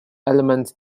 elements